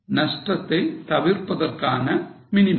நஷ்டத்தை தவிர்ப்பதற்கான மினிமம்